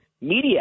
media